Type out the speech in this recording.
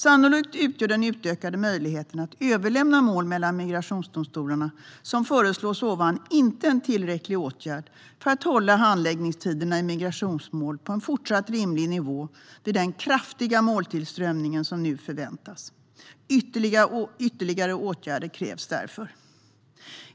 Sannolikt utgör den utökade möjligheten att överlämna mål mellan migrationsdomstolarna som föreslås inte en tillräcklig åtgärd för att hålla handläggningstiderna i migrationsmål på en fortsatt rimlig nivå vid den kraftiga måltillströmning som nu förväntas. Ytterligare åtgärder krävs därför.